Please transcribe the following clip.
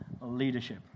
leadership